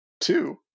two